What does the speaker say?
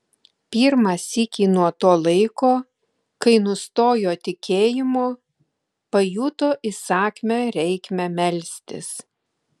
pirmą sykį nuo to laiko kai nustojo tikėjimo pajuto įsakmią reikmę melstis